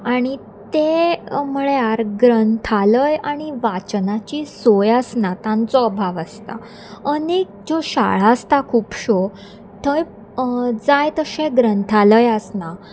आनी ते म्हळ्यार ग्रंथालय आनी वाचनाची सोय आसना तांचो अभाव आसता अनेक ज्यो शाळा आसता खुबश्यो थंय जाय तशें ग्रंथालय आसना